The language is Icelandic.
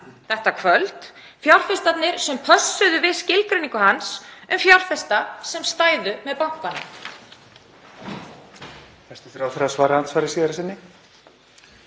þetta kvöld, fjárfestarnir sem pössuðu við skilgreiningu hans um fjárfesta sem stæðu með bankanum?